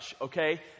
okay